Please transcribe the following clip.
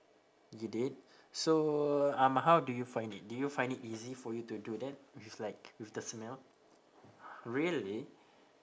you did so um how do you find it do you find it easy for you to do that with like with the smell really